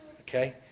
okay